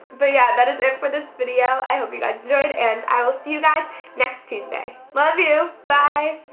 but yeah that is it for this video i hope you guys enjoyed and i will see you guys next tuesday. love you. bye